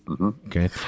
Okay